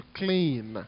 clean